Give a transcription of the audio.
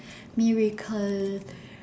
miracle